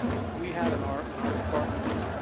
we had in our in our department